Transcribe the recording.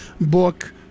book